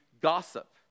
gossip